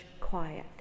quiet